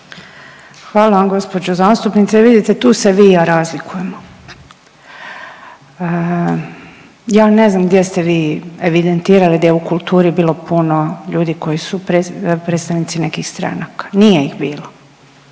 Hvala vam gospođo zastupnice. E vidite tu se vi i ja razlikujemo. Ja ne znam gdje ste vi evidentirali da je u kulturi bilo puno ljudi koji su predstavnici nekih stranaka, nije ih bilo,